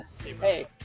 Hey